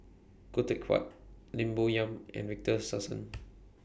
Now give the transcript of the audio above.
Khoo Teck Puat Lim Bo Yam and Victor Sassoon